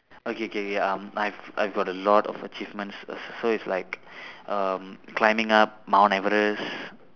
okay K K um I have I have got a lot of achievements so it's like um climbing up mount everest